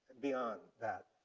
beyond that.